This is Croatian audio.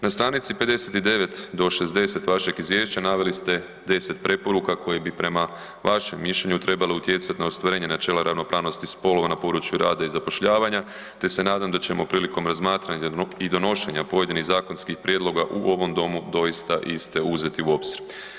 Na str. 59 do 60 vašeg izvješća naveli ste 10 preporuka koje bi prema vašem mišljenju trebalo utjecat na ostvarenje načela ravnopravnosti spolova na području rada i zapošljavanja, te se nadam da ćemo prilikom razmatranja i donošenja pojedinih zakonskih prijedloga u ovom domu doista iste uzeti u obzir.